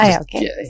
Okay